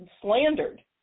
slandered